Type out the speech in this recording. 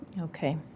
Okay